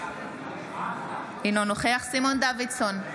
אינו נוכח סימון דוידסון,